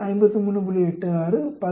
86 18